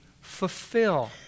fulfill